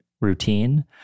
routine